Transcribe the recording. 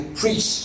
preach